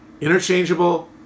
interchangeable